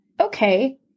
okay